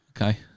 Okay